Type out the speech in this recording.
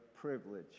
privilege